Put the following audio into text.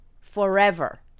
forever